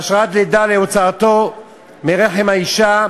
והשראת לידה להוצאתו מרחם האישה,